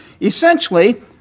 Essentially